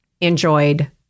enjoyed